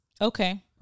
Okay